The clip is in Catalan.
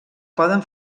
poden